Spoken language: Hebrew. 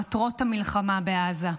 מטרות המלחמה בעזה.